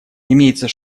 имеется